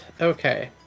Okay